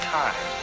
time